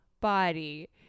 body